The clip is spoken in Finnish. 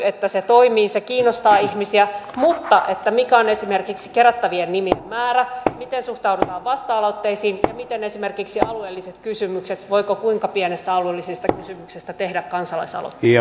että se toimii se kiinnostaa ihmisiä mutta mikä on esimerkiksi kerättävien nimien määrä miten suhtaudutaan vasta aloitteisiin ja miten esimerkiksi alueelliset kysymykset voiko kuinka pienestä alueellisesta kysymyksestä tehdä kansalaisaloitteen